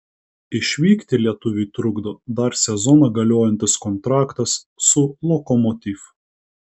išvykti lietuviui trukdo dar sezoną galiojantis kontraktas su lokomotiv